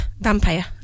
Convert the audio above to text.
Vampire